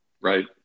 Right